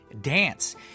dance